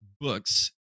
books